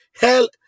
hell